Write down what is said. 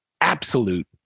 absolute